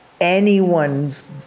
anyone's